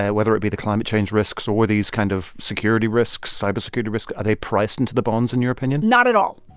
ah whether it be the climate change risks or these kind of security risks, cybersecurity risks, are they priced into the bonds, in your opinion? not at all.